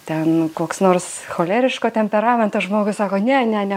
ten nu koks nors choleriško temperamento žmogus sako ne ne ne